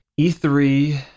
E3